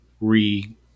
re